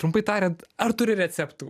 trumpai tariant ar turi receptų